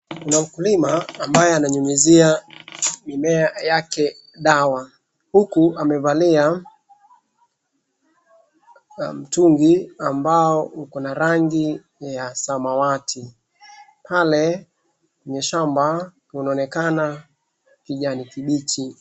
Kuna mkulima ambaye ananyunyizia mimea yake dawa huku amevalia mtungi ambao uko na rangi ya samawati. Pale kwenye shamba kunaonekana kijani kimbichi.